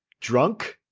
drunk?